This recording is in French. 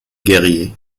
guerriers